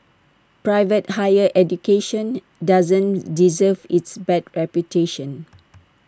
private higher education doesn't deserve its bad reputation